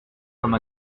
comme